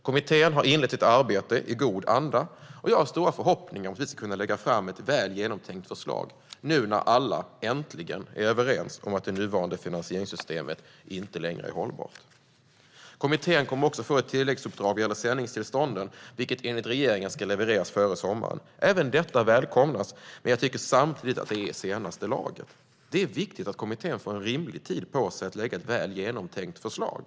Kommittén har inlett sitt arbete i god anda, och jag har stora förhoppningar om att vi ska kunna lägga fram ett väl genomtänkt förslag nu när alla äntligen är överens om att det nuvarande finansieringssystemet inte längre är hållbart. Kommittén kommer också att få ett tilläggsuppdrag vad gäller sändningstillstånden, vilket enligt regeringen ska levereras före sommaren. Även detta välkomnas, men jag tycker samtidigt att det är i senaste laget. Det är viktigt att kommittén får rimlig tid på sig att lägga fram ett väl genomtänkt förslag.